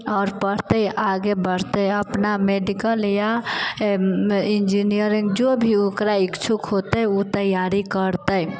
आओर पढ़तै आगे बढ़तै अपना मेडिकल या इन्जिनियरिंग जो भी ओकरा इच्छुक हौते ओ तैयारी करतै